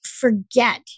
forget